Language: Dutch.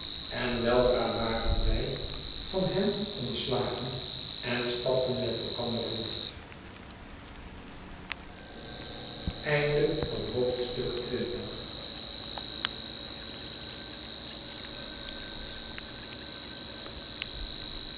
en weldra waren wij van hen ontslagen en stapten met elkander voort xxi